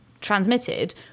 transmitted